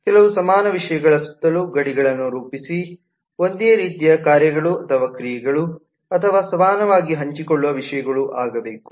ಕೆಲವು ಸಮಾನ ವಿಷಯಗಳ ಸುತ್ತಲೂ ಗಡಿಗಳನ್ನು ರೂಪಿಸಿ ಒಂದೇ ರೀತಿಯ ಕಾರ್ಯಗಳು ಅಥವಾ ಕ್ರಿಯೆಗಳು ಅಥವಾ ಸಮಾನವಾಗಿ ಹಂಚಿಕೊಳ್ಳುವ ವಿಷಯಗಳು ಆಗಬೇಕು